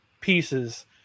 pieces